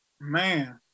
Man